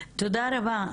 תודה רבה.